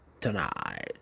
tonight